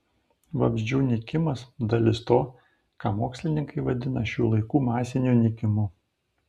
vabzdžių nykimas dalis to ką mokslininkai vadina šių laikų masiniu nykimu